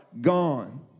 gone